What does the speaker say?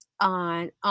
on